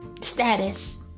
status